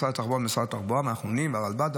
זה משרד התחבורה והרלב"ד,